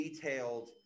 detailed